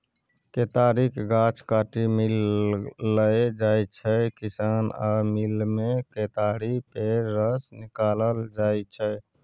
केतारीक गाछ काटि मिल लए जाइ छै किसान आ मिलमे केतारी पेर रस निकालल जाइ छै